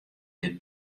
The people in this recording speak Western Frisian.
dit